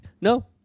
No